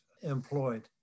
employed